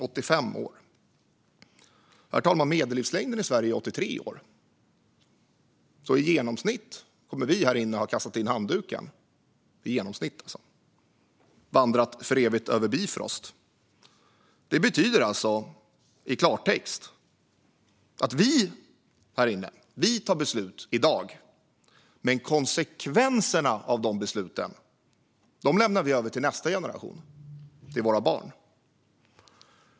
Herr talman! Medellivslängden i Sverige är 83 år. Vi här inne kommer alltså i genomsnitt att ha kastat in handduken - vandrat för evigt över Bifrost. Detta betyder i klartext att vi här inne tar beslut i dag, men konsekvenserna av besluten lämnar vi över till nästa generation, till våra barn.